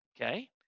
okay